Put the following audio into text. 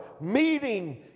meeting